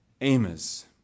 Amos